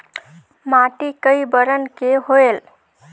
माटी कई बरन के होयल?